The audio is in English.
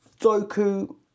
Doku